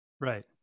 Right